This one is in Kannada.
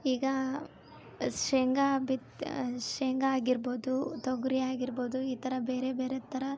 ಈಗ ಶೇಂಗ ಬಿತ್ತು ಶೇಂಗ ಆಗಿರ್ಬೋದು ತೊಗರಿ ಆಗಿರ್ಬೋದು ಈ ಥರ ಬೇರೆ ಬೇರೆದು ಥರ